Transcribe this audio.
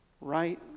right